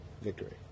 Victory